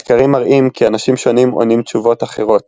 מחקרים מראים כי אנשים שונים עונים תשובות אחרות